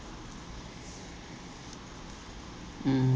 mm